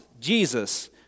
Jesus